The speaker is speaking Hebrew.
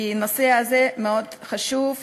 הנושא הזה חשוב מאוד.